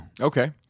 Okay